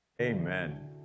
Amen